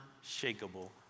unshakable